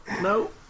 No